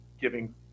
giving